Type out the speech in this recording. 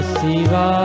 ¡Siva